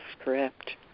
script